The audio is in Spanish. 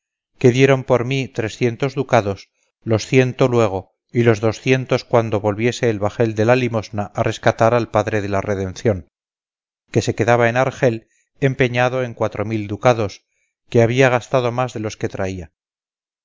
que dieron por mí trescientos ducados los ciento luego y los doscientos cuando volviese el bajel de la limosna a rescatar al padre de la redempción que se quedaba en argel empeñado en cuatro mil ducados que había gastado más de los que traía